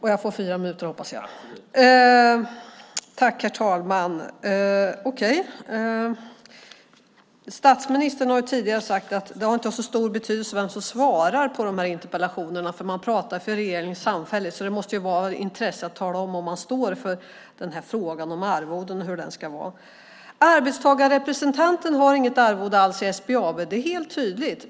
Herr talman! Statsministern har tidigare sagt att det inte har så stor betydelse vem som svarar på dessa interpellationer eftersom man talar samfällt för regeringen. Det måste därför vara av intresse var man står i denna fråga om arvoden. Arbetstagarrepresentanten i SBAB har inget arvode alls. Det är helt tydligt.